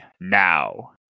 now